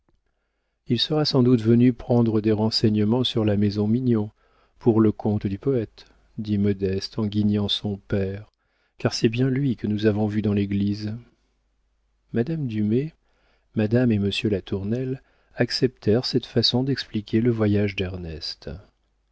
il sera sans doute venu prendre des renseignements sur la maison mignon pour le compte du poëte dit modeste en guignant son père car c'est bien lui que nous avons vu dans l'église madame dumay madame et monsieur latournelle acceptèrent cette façon d'expliquer le voyage d'ernest